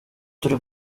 turi